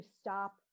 stop